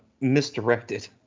misdirected